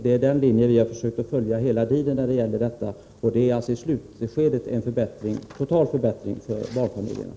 Det är den linjen vi hela tiden försökt följa. I slutskedet blir det alltså totalt en förbättring för barnfamiljerna.